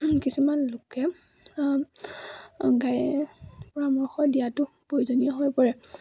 কিছুমান লোকে আ গাই পৰামৰ্শ দিয়াতো প্ৰয়োজনীয় হৈ পৰে